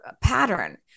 pattern